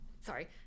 Sorry